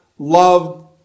Love